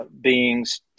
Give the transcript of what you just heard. beings